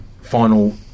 final